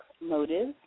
Motive